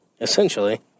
essentially